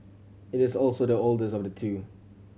it is also the oldest of the two